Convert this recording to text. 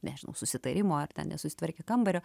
nežinau susitarimo ar ten nesusitvarkė kambario